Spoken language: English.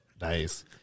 Nice